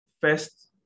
First